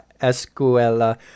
escuela